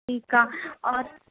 ठीकु आहे और